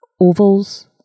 Ovals